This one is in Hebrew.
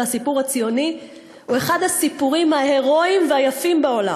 הסיפור הציוני הוא אחד הסיפורים ההרואיים והיפים בעולם.